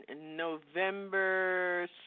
November